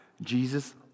Jesus